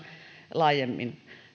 laajemmin